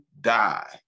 die